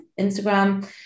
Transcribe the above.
Instagram